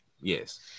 yes